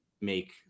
make